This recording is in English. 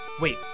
Wait